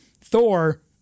Thor –